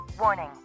Warning